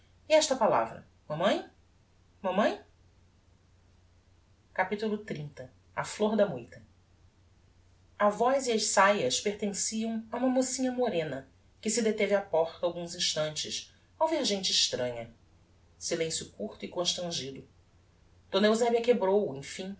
e esta palavra mamãe mamãe capitulo xxx a flor da moita a voz e as saias pertenciam a uma mocinha morena que se deteve á porta alguns instantes ao ver gente extranha silencio curto e constrangido d eusebia quebrou o enfim